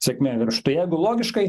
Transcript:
sėkme viršų tai jeigu logiškai